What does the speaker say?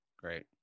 Great